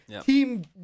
Team